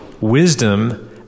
Wisdom